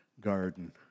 garden